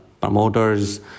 promoters